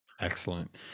Excellent